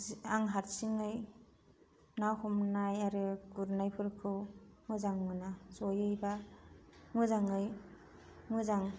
आं हारसिंयै ना हमनाय आरो गुरनायफोरखौ मोजां मोना जयै बा मोजाङै मोजां